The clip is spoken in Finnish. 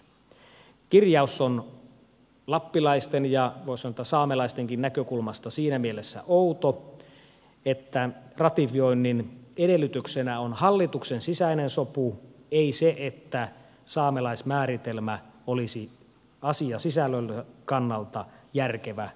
kirjaus on lappilaisten ja voisi sanoa saamelaistenkin näkökulmasta siinä mielessä outo että ratifioinnin edellytyksenä on hallituksen sisäinen sopu ei se että saamelaismääritelmä olisi asiasisällön kannalta järkevä ja hyväksyttävä